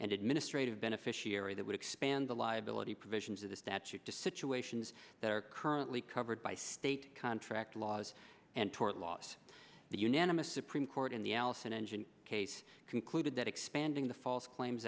and administrative beneficiary that would expand the liability provisions of the statute to situations that are currently covered by state contract laws and tort laws the unanimous supreme court in the allison engine case concluded that expanding the false claims